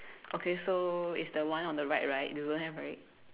okay so is the one on the right right you don't have right